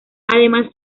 además